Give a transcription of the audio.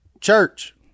Church